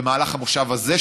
במהלך המושב הזה,